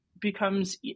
becomes